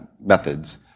methods